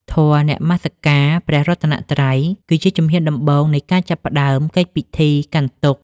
ធម៌នមស្ការព្រះរតនត្រ័យ គឺជាជំហានដំបូងនៃការចាប់ផ្ដើមកិច្ចពិធីកាន់ទុក្ខ។